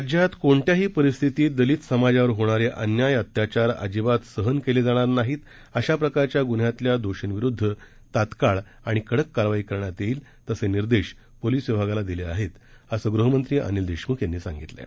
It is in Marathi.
राज्यात कोणत्याही परिस्थितीत दलित समाजावर होणारे अन्याय अत्याचार अजिबात सहन केले जाणार नाहीत अशा प्रकारच्या गुन्ह्यातल्या दोषींविरुद्ध तात्काळ आणि कडक कारवाई करण्यात येईल तसे निर्देश पोलीस विभागाला दिले असल्याचं गृह मंत्री अनिल देशमुख यांनी सांगितलं आहे